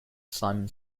simon